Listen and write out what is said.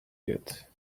yet